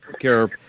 care